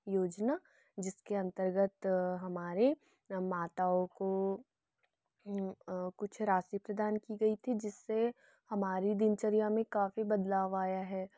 योजना जिसके अन्तरगत हमारे माताओं को कुछ राशि प्रदान की गई थी जिससे हमारी दिनचर्या में काफी बदलाव आया है